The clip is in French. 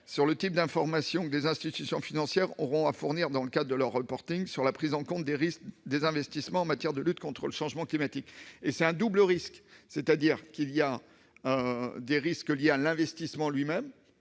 sur le type d'informations que les institutions financières auront à fournir dans le cadre de leur reporting sur la prise en compte des risques de leurs investissements en matière de lutte contre le changement climatique. Ces risques sont d'une double nature : il y a ceux liés à l'investissement lui-même,